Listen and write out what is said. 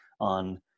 On